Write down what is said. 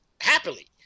happily